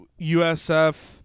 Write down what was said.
USF